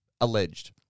alleged